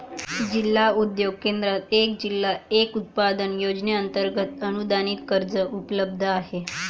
जिल्हा उद्योग केंद्रात एक जिल्हा एक उत्पादन योजनेअंतर्गत अनुदानित कर्ज उपलब्ध आहे